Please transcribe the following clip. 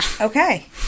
Okay